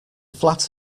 flat